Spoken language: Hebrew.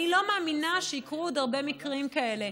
אני לא מאמינה שיקרו עוד הרבה מקרים כאלה.